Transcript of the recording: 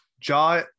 jaw